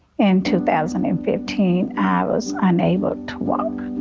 and two thousand and fifteen i was unable to walk.